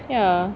ya